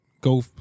go